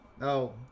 no